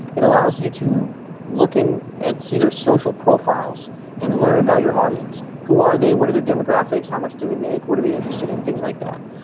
it allows you to look in and see their social profiles and learn about your audience. who are they? what are their demographics? how much do they make? what are the interested in? things like that.